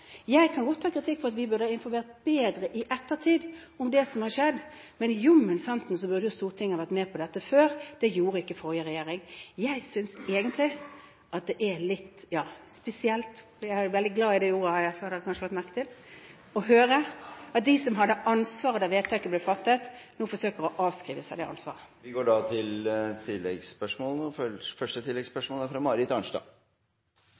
Jeg kan godt ta kritikk for at vi burde ha informert bedre i ettertid om det som har skjedd, men jommen santen burde Stortinget ha vært med på dette før. Det gjorde ikke forrige regjering. Jeg synes egentlig at det er litt, ja spesielt – jeg er veldig glad i det ordet, har dere kanskje lagt merke til – å høre at de som hadde ansvaret da vedtaket ble fattet, nå forsøker å fraskrive seg ansvaret. Det